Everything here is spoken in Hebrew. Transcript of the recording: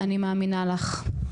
אני מאמינה לך,